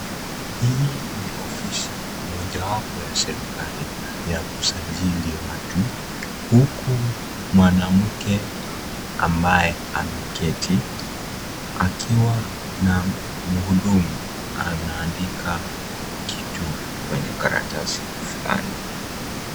Hii ni ofisi moja wapo ya serikali ya kusajili watu huku mwanamke ambaye ameketi akiwa na mhudumu anaandika kitu kwenye karatasi fulani.